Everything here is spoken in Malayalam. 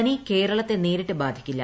ഫെനി കേരളത്തെ നേരിട്ട് ബാധിക്കില്ല